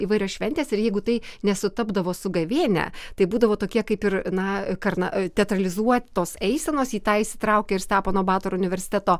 įvairios šventės ir jeigu tai nesutapdavo su gavėnia tai būdavo tokie kaip ir na karna teatralizuotos eisenos į tą įsitraukė ir stepono batoro universiteto